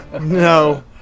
No